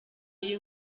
iyi